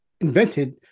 invented